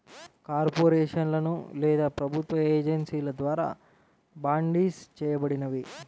కార్పొరేషన్లు లేదా ప్రభుత్వ ఏజెన్సీల ద్వారా బాండ్సిస్ చేయబడినవి